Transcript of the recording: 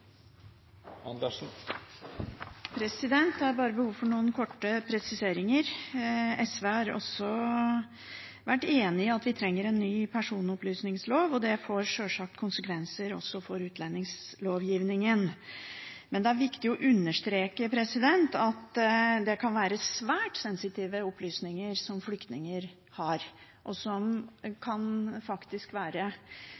dette. Jeg har bare behov for å gi noen korte presiseringer. SV har vært enig i at vi trenger en ny personopplysningslov, og det får sjølsagt konsekvenser også for utlendingslovgivningen. Det er viktig å understreke at det kan være svært sensitive opplysninger som flyktninger har, og som